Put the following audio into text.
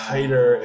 Tighter